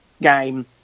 game